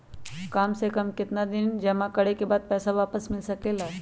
काम से कम केतना दिन जमा करें बे बाद पैसा वापस मिल सकेला?